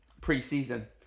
pre-season